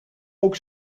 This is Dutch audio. ook